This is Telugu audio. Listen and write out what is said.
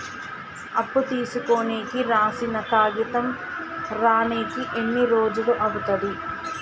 అప్పు తీసుకోనికి రాసిన కాగితం రానీకి ఎన్ని రోజులు అవుతది?